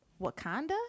Wakanda